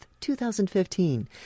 2015